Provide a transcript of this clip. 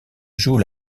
joue